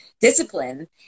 discipline